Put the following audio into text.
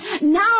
Now